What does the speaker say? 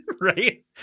Right